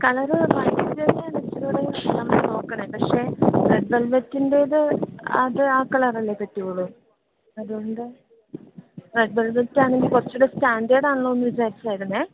colour violet തന്നെയാണ് ഇച്ചിരികൂടെയും നമ്മൾ നോക്കുന്നത് പക്ഷെ റെഡ് വെല്വറ്റിന്റെത് അത് ആ കളറല്ലെ പറ്റുവൊള്ളൂ അത്കൊണ്ട് റെഡ് വെൽവെറ്റ് ആണെങ്കിൽ കുറച്ചുകൂടെ സ്റ്റാന്റെഡ് ആണല്ലോ എന്ന് വിചാരിച്ചായിരുന്നേ